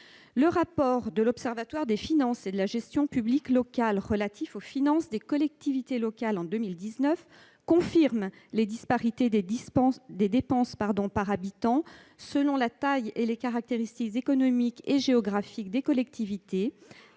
Le rapport de l'Observatoire des finances et de la gestion publique locales relatif aux finances des collectivités locales en 2019 confirme les disparités des dépenses par habitant selon la taille et les caractéristiques économiques et géographiques des collectivités,